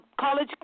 college